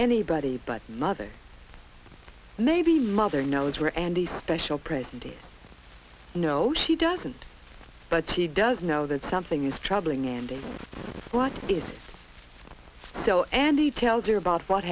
anybody but mother maybe mother knows where and the special present is no she doesn't but she does know that something is troubling indeed what is so and he tells her about what